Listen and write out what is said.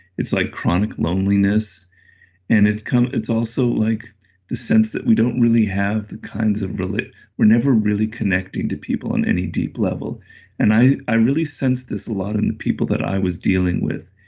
it's like chronic loneliness and it's kind of it's also like the sense that we don't really have the kinds of, we're never really connecting to people on any deep level and i i really sensed this a lot in the people that i was dealing with.